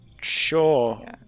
Sure